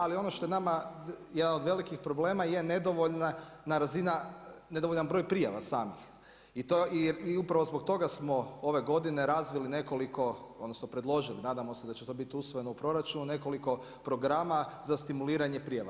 Ali ono što je nama jedan od velikih problema je nedovoljna razina, nedovoljan broj prijava samih i upravo zbog toga smo ove godine razvili nekoliko, odnosno predložili, nadamo se da će to biti usvojeno u proračunu nekoliko programa za stimuliranje prijava.